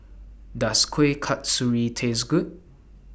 Does Kuih Kasturi Taste Good